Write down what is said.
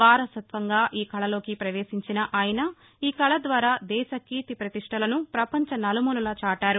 వారసత్వంగా ఈ కళలోకి పవేశించిన ఆయన ఈ కళ ద్వారా దేశ కీర్తి పతిష్టలను పపంచ నలుమూలలా చాటారు